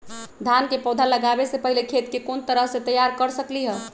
धान के पौधा लगाबे से पहिले खेत के कोन तरह से तैयार कर सकली ह?